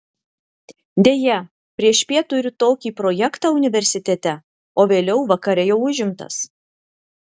deja priešpiet turiu tokį projektą universitete o vėliau vakare jau užimtas